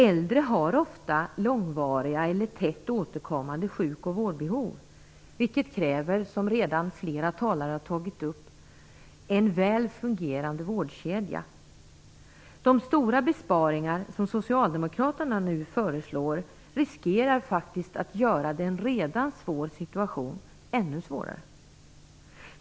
Äldre har ofta långvariga eller tätt återkommande sjuk och vårdbehov, vilket kräver, som flera talare redan har tagit upp, en väl fungerande vårdkedja. De stora besparingar som socialdemokraterna nu föreslår riskerar faktiskt att göra en redan svår situation ännu svårare.